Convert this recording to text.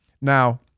Now